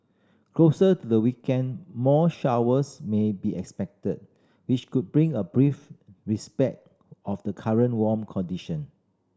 closer to the weekend more showers may be expected which would bring a brief respite of the current warm condition